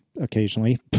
occasionally